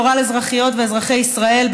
גורל אזרחיות ואזרחי ישראל,